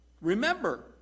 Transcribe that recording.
Remember